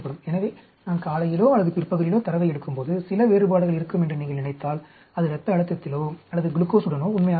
எனவே நான் காலையிலோ அல்லது பிற்பகலிலோ தரவை எடுக்கும்போது சில வேறுபாடுகள் இருக்கும் என்று நீங்கள் நினைத்தால் அது இரத்த அழுத்தத்திலோ அல்லது குளுக்கோஸுடனோ உண்மையாக இருக்கும்